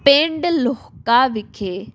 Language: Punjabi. ਪਿੰਡ ਲਹੋਕਾ ਵਿਖੇ